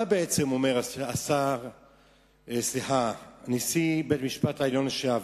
מה בעצם אומר נשיא בית-משפט העליון לשעבר?